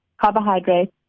carbohydrates